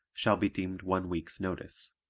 shall be deemed one week's notice.